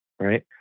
Right